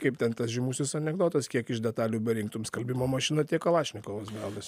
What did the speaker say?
kaip ten tas žymusis anekdotas kiek iš detalių berinktum skalbimo mašiną tiek kalašnikovas gaunasi